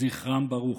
זכרם ברוך.